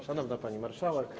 Szanowna Pani Marszałek!